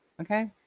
Okay